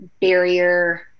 barrier